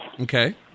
Okay